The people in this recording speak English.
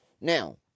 Now